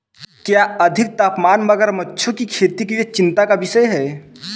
क्या अधिक तापमान मगरमच्छों की खेती के लिए चिंता का विषय है?